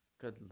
Good